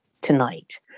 tonight